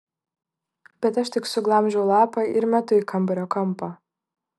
bet aš tik suglamžau lapą ir metu į kambario kampą